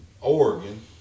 Oregon